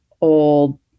old